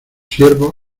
siervos